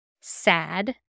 sad